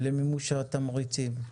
למימוש התמריצים.